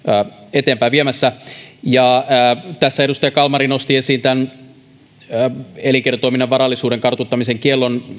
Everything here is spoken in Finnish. eteenpäin viemässä edustaja kalmari nosti esiin elinkeinotoiminnan varallisuuden kartuttamisen kiellon